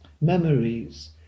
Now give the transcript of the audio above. Memories